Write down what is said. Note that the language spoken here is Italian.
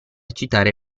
citare